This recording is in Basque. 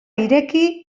ireki